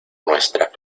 nuestra